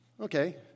okay